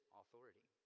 authority